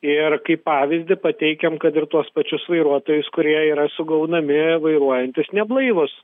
ir kaip pavyzdį pateikiam kad ir tuos pačius vairuotojus kurie yra sugaunami vairuojantys neblaivūs